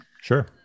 sure